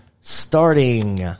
Starting